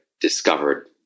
discovered